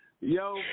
Yo